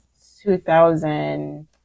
2000